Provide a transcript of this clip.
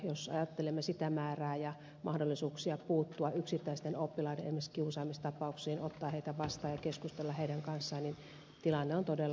jos ajattelemme sitä määrää ja mahdollisuuksia puuttua yksittäisten oppilaiden esimerkiksi kiusaamistapauksiin ottaa heitä vastaan ja keskustella heidän kanssaan niin tilanne on todella huono